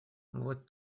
вот